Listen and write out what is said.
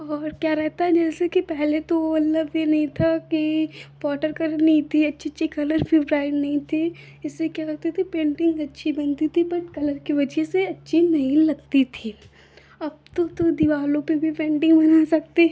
और क्या रहता है जैसे कि पहले तो मतलब यह नहीं था कि वॉटर कलर नहीं थे अच्छे अच्छे कलर भी नहीं थे इससे क्या करते थे पेन्टिन्ग अच्छी बनती थी पर कलर की वज़ह से अच्छी नहीं लगती थी अब तो तो दीवारों पर भी पेन्टिन्ग बना सकते हैं